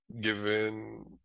given